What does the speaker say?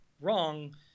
wrong